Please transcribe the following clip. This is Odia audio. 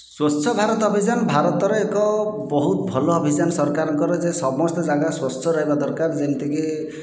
ସ୍ଵଚ୍ଛ ଭାରତ ଅଭିଯାନ ଭାରତର ଏକ ବହୁତ ଭଲ ଅଭିଯାନ ସରକାରଙ୍କର ଯେ ସମସ୍ତ ଯାଗା ସ୍ଵଚ୍ଛ ରହିବା ଦରକାର ଯେମତିକି